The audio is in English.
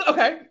Okay